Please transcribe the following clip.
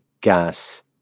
gas